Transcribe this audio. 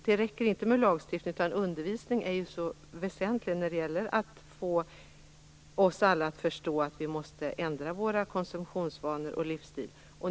Det räcker inte med lagstiftning. Undervisning är ju något så väsentligt när det gäller att få oss alla att förstå att vi måste ändra våra konsumtionsvanor och vår livsstil.